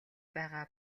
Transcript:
байгаа